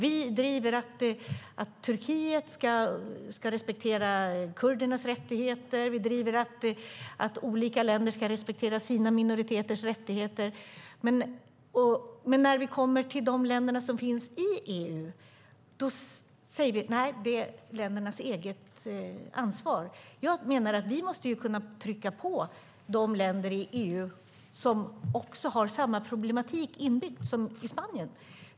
Vi driver att Turkiet ska respektera kurdernas rättigheter. Vi driver att andra länder ska respektera sina minoriteters rättigheter. Men när vi kommer till de länder som finns i EU säger vi nej, det är ländernas eget ansvar. Jag menar att vi måste kunna trycka på de länder i EU som har samma problematik inbyggd som Spanien.